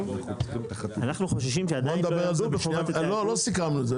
לא סיכמנו את זה.